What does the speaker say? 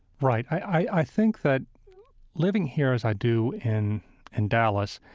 right. i think that living here as i do in and dallas,